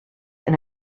and